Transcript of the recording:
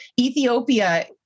Ethiopia